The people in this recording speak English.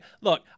look